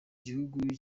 gihugu